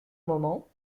moment